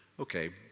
Okay